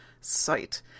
site